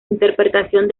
interpretación